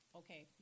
okay